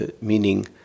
meaning